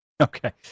Okay